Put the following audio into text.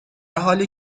حالی